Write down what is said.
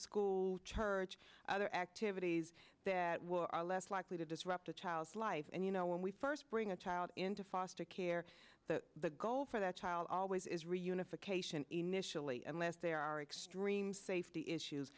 school church other activities that were are less likely to disrupt a child's life and you know when we first bring a child into foster care the goal for that child always is reunification initially unless there are extreme safety issues